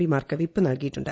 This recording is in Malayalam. പിമാർക്ക് വിപ്പ് നൽകിയിട്ടുണ്ട്